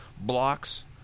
blocks